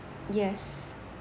yes